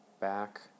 back